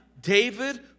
David